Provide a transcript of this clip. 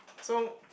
so